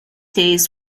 days